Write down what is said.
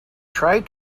tried